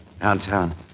Downtown